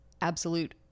absolute